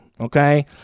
okay